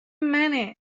منه